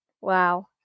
Wow